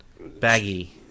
baggy